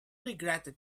regretted